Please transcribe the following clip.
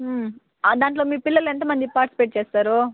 దాంట్లో మీ పిల్లలు ఎంతమంది పార్టిసిపేట్ చేస్తారు